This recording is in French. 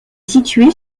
situé